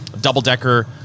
double-decker